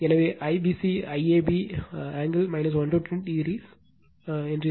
எனவே IPC IAP angle 120 o மாக இருக்கும் அது 19